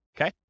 Okay